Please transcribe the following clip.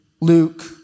Luke